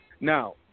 Now